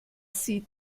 sieht